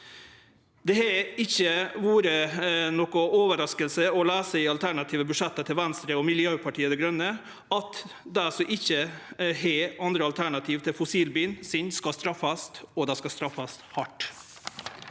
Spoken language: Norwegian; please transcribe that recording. Det har ikkje vore noka overrasking å lese i dei alternative budsjetta til Venstre og Miljøpartiet Dei Grøne at dei som ikkje har andre alternativ til fossilbilen sin, skal straffast, og dei skal straffast hardt.